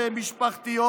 פיגוע.